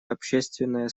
общественное